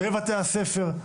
בבתי הספר,